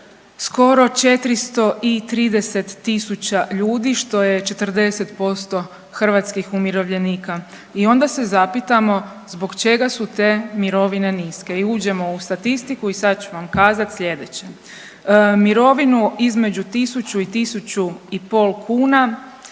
skoro 430.000 ljudi što je 40% hrvatskih umirovljenika. I onda se zapitamo zbog čega su te mirovine niske i uđemo u statistiku i sad ću vam kazat slijedeće. Mirovinu između 1.000 i 1.500 kuna